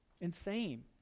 insane